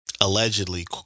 allegedly